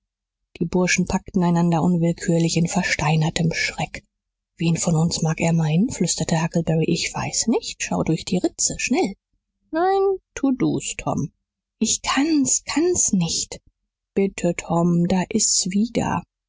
die burschen packten einander unwillkürlich in versteinerndem schreck wen von uns mag er meinen flüsterte huckleberry ich weiß nicht schau durch die ritze schnell nein tu du's tom ich kann's kann's nicht bitte tom da ist's wieder